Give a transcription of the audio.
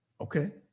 okay